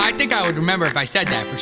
i think i'd remember if i said that,